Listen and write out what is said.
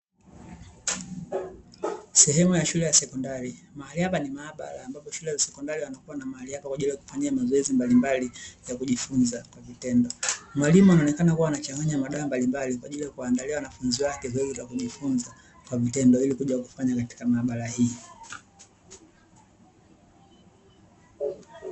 Sehemu ya shule ya sekondari, mahali hapa ni maabara ambapo shule ya sekondari wanakuja mahali hapa kwa ajili ya kufanya mazoezi mbalimbali ya kujifunza kwa vitendo. Mwalimu anaonekana kuwa anachanganya madawa mbalimbali kwa ajili ya kuwaandalia wanafunzi wake zoezi la kujifunza kwa vitendo, ili kuja kufanya katika maabara hii.